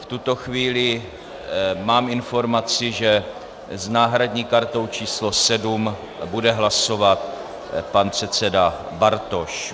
V tuto chvíli mám informaci, že s náhradní kartou číslo 7 bude hlasovat pan předseda Bartoš.